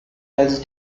has